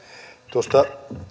tuosta